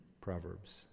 proverbs